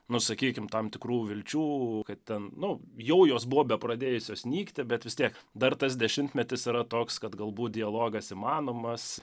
nu sakykim tam tikrų vilčių kad ten nu jau jos buvo bepradėjusios nykti bet vis tiek dar tas dešimtmetis yra toks kad galbūt dialogas įmanomas